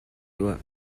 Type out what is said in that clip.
tuah